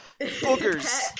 Boogers